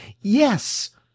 Yes